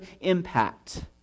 impact